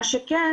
מה שכן,